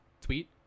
tweet